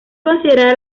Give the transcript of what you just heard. considerada